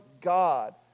God